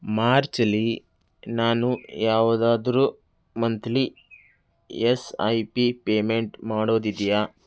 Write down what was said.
ಮಾರ್ಚಲ್ಲಿ ನಾನು ಯಾವುದಾದ್ರೂ monthly S I P payment ಮಾಡೋದಿದೆಯಾ